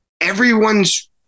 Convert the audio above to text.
Everyone's